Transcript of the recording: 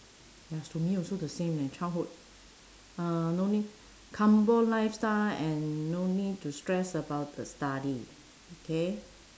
yes to me also the same eh childhood uh no need humble lifestyle and no need to stress about the study K